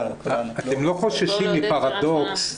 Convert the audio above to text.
אתם לא חוששים מפרדוקס,